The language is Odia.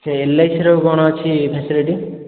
ସେ ଏଲ୍ ଆଇ ସି ର କ'ଣ ଅଛି ଫାସିଲିଟି